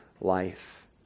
life